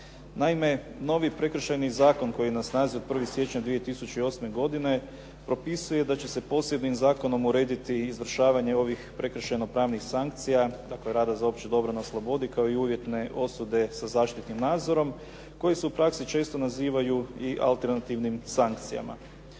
Naime, novi Prekršajni zakon koji je na snazi od 1. siječnja 2008. godine propisuje da će se posebnim zakonom urediti izvršavanje ovih prekršajno-pravnih sankcija, dakle rada za opće dobro na slobodi kao i uvjetne osude sa zaštitnim nadzorom koje se u praksi često nazivaju i alternativnim sankcijama.